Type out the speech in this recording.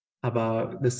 Aber